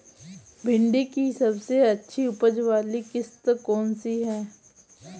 भिंडी की सबसे अच्छी उपज वाली किश्त कौन सी है?